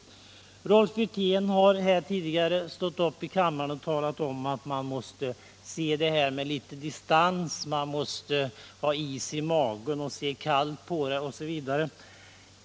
Rolf Wirtén har tidigare stått upp här i kammaren och talat om att man måste se på den här frågan med litet distans, man måste ha is i magen och se kallt på det här, osv.